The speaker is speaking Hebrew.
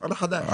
על החדש,